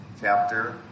chapter